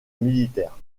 militaire